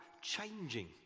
changing